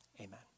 amen